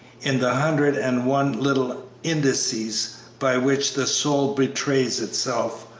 in the hundred and one little indices by which the soul betrays itself,